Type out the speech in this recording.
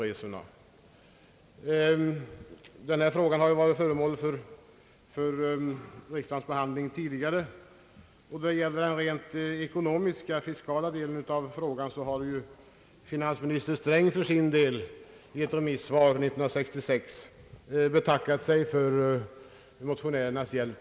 Denna fråga har ju tidigare varit föremål för riksdagens behandling, och då det gäller den rent ekonomiska, fiskala delen har finansminister Sträng för sin del i ett interpellationsvar 1966 betackat sig för motionärernas hjälp.